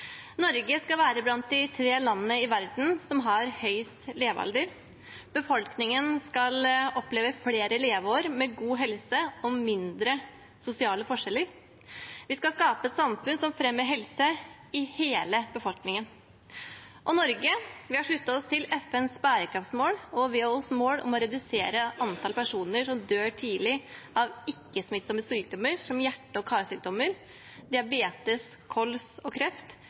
Norge skal være blant de tre landene i verden som har høyest levealder. Befolkningen skal oppleve flere leveår med god helse og mindre sosiale forskjeller. Vi skal skape et samfunn som fremmer helse i hele befolkningen. Norge har sluttet seg til FNs bærekraftsmål, og vi har mål om å redusere antall personer som dør tidlig av ikke-smittsomme sykdommer som hjerte- og karsykdommer, diabetes, kols og kreft